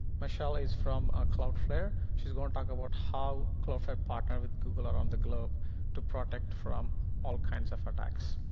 michelle is from cloudflare. she's going to talk about how cloudflare partnered with google around the globe to protect from all kinds of attacks.